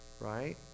right